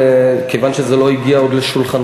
וכיוון שזה עוד לא הגיע לשולחנכם,